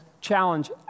challenge